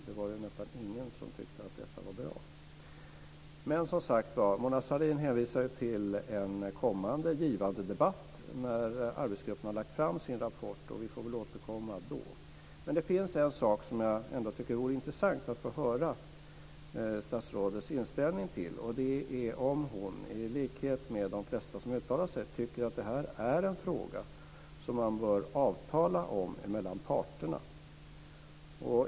Det var ju nästan ingen som tyckte att detta var bra. Mona Sahlin hänvisar till en kommande givande debatt när arbetsgruppen har lagt fram sin rapport, och vi får väl återkomma då. Men det finns en sak som jag ändå tycker vore intressant att få höra statsrådets inställning till, och det är om hon i likhet med de flesta som uttalar sig tycker att detta är en fråga som man bör avtala om mellan parterna.